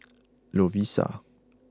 Lovisa